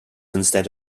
instead